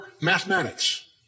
mathematics